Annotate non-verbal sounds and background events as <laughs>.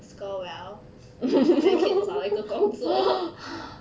score well then 去找一个工作 <laughs>